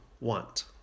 want